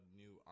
new